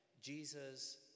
Jesus